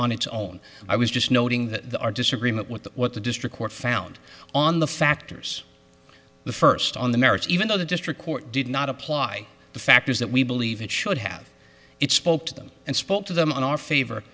on its own i was just noting that our disagreement with what the district court found on the factors the first on the merits even though the district court did not apply the factors that we believe it should have it spoke to them and spoke to them in our favor